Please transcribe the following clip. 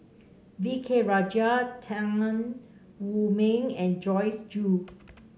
V K Rajah Tan Wu Meng and Joyce Jue